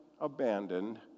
abandoned